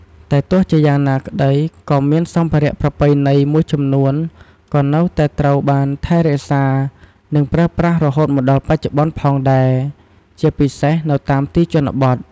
តែទោះជាយ៉ាងណាក្តីក៏មានសម្ភារៈប្រពៃណីមួយចំនួនក៏នៅតែត្រូវបានថែរក្សា និងប្រើប្រាស់រហូតមកដល់បច្ចុប្បន្នផងដែរ ជាពិសេសនៅតាមទីជនបទ។